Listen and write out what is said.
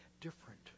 different